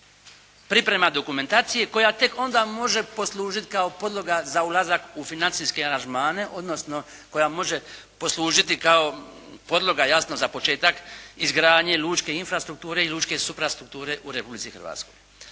priprema dokumentacije koja tek onda može poslužiti kao podloga za ulazak u financijske aranžmane odnosno koja može poslužiti kao podloga jasno za početak izgradnje lučke infrastrukture i lučke suprastrukture u Republici Hrvatskoj.